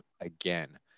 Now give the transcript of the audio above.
again